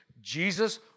Jesus